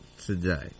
today